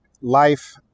life